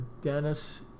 Dennis